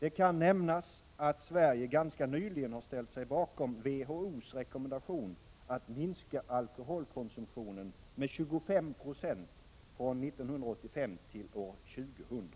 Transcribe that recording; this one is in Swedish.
Det kan nämnas att Sverige ganska nyligen har ställt sig bakom WHO:s rekommendation att minska alkoholkonsumtionen med 25 96 från 1985 till år 2000.